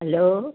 hello